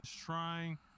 trying